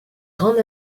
grande